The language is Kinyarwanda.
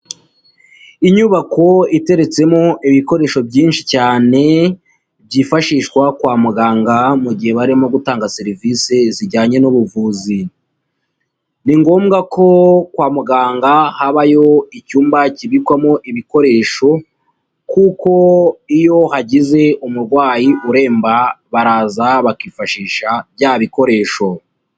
inyubako iteretsemo ibikoresho byinshi cyane, byifashishwa kwa muganga mu gihe barimo gutanga serivisi zijyanye n'ubuvuzi, ni ngombwa ko kwa muganga habayo icyumba kibikwamo ibikoresho, kuko iyo hagize umurwayi uremba baraza bakifashisha bya bikoresho.